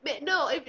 No